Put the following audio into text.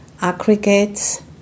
aggregates